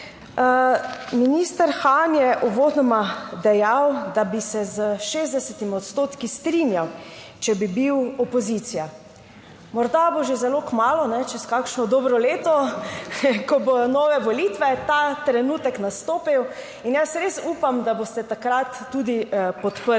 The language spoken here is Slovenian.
Minister Han je uvodoma dejal, da bi se s 60 odstotki strinjal, če bi bil opozicija. Morda bo že zelo kmalu, čez kakšno dobro leto, ko bodo nove volitve, ta trenutek nastopil. In jaz res upam, da boste takrat tudi podprli